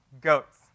Goats